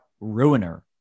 ruiner